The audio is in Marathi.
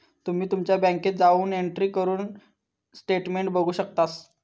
तुम्ही तुमच्या बँकेत जाऊन एंट्री करून स्टेटमेंट बघू शकतास